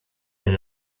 del